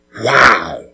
Wow